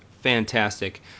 fantastic